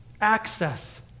access